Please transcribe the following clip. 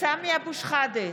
סמי אבו שחאדה,